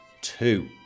two